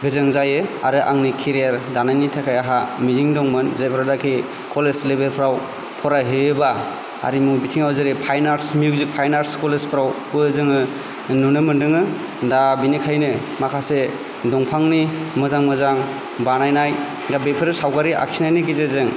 गोजों जायो आरो आंनि केरियार दानायनि थाखाय आहा मिजिं दंमोन जेफ्रा नाखि कलेज लेभेलफ्राव फरायहैयोबा आरिमु बिथिङाव जेरै fine arts music fine arts कलेजफ्रावबो जोङो नुनो मोनदोंमोन दा बिनिखायनो माखासे दंफानि मोजां मोजां बानायनाय दा बेफोरनि सावगारि आखिनायनि गेजेरजों